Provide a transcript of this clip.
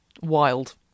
Wild